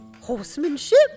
Horsemanship